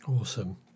awesome